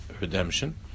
redemption